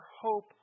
hope